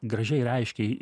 gražiai ir aiškiai